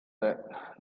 that